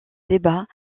débats